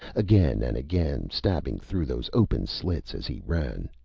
again and again, stabbing through those open slits as he ran.